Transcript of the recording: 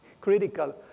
critical